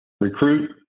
Recruit